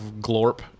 Glorp